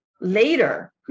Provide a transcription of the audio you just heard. later